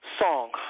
song